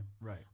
Right